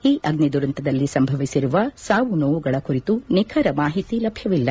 ಈ ಅಗ್ನಿ ದುರಂತದಲ್ಲಿ ಸಂಭವಿಸಿರುವ ಸಾವು ನೋವುಗಳ ಕುರಿತು ನಿಖರ ಮಾಹಿತಿ ಲಭ್ಯವಿಲ್ಲ